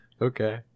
Okay